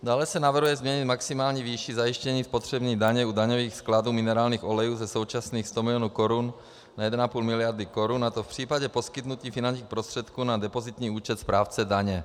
Dále se navrhuje změnit maximální výši zajištění spotřební daně u daňových skladů minerálních olejů ze současných 100 milionů korun na 1,5 miliardy korun, a to v případě poskytnutí finančních prostředků na depozitní účet správce daně.